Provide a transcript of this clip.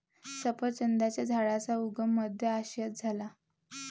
सफरचंदाच्या झाडाचा उगम मध्य आशियात झाला